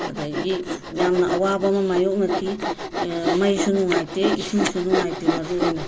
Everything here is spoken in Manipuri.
ꯑꯗꯒꯤ ꯌꯥꯝꯅ ꯑꯋꯥꯕꯃ ꯃꯥꯌꯣꯛꯅꯈꯤ ꯃꯩꯁꯨ ꯅꯨꯉꯥꯏꯇꯦ ꯏꯁꯤꯡꯁꯨ ꯅꯨꯉꯥꯏꯇꯦ ꯃꯔꯨ ꯑꯣꯏꯅ